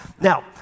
Now